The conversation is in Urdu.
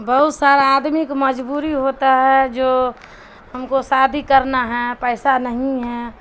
بہت سارا آدمیک مجبوری ہوتا ہے جو ہم کو سادی کرنا ہے پیسہ نہیں ہے